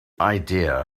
idea